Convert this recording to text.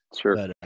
Sure